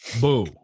Boo